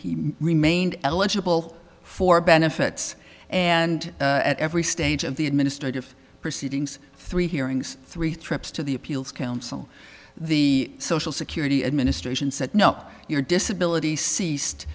he remained eligible for benefits and at every stage of the administrative proceedings three hearings three trips to the appeals council the social security administration said no your disability ceased